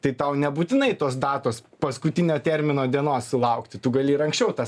tai tau nebūtinai tos datos paskutinio termino dienos sulaukti tu gali ir anksčiau tą